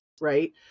right